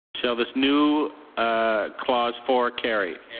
shall this new ah clause four carry?